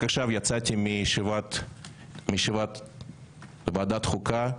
רק עכשיו יצאתי מישיבת ועדת חוקה,